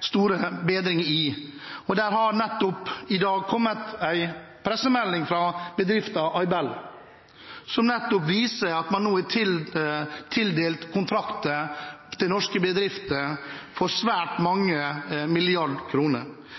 stor bedring. Det har i dag kommet en pressemelding fra bedriften Aibel som viser at det nå er tildelt kontrakter til norske bedrifter for svært mange milliarder kroner.